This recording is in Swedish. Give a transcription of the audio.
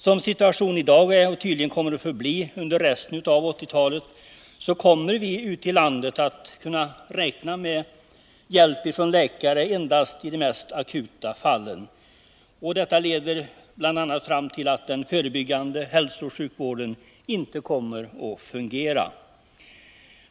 Som situationen i dag är och tydligen kommer att förbli under resten av 1980-talet kommer vi ute i landet att kunna räkna med hjälp av läkare endast i de mest akuta fallen. Detta leder bl.a. fram till att den förebyggande hälsooch sjukvården inte kommer att fungera.